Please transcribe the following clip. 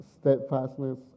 steadfastness